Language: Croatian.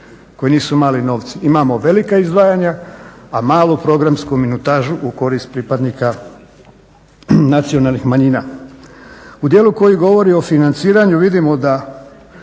koji nisu mali novci. Imamo velika izdvajanja, a malu programsku minutažu u korist pripadnika nacionalnih manjina. U dijelu koji govori o financiranju vidimo da